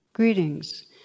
Greetings